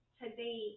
today